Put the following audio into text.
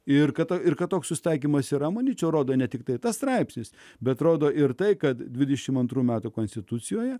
ir kad ir kad toks susitaikymas yra manyčiau rodo ne tiktai tas straipsnis bet rodo ir tai kad dvidešimt antrų metų konstitucijoje